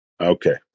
Okay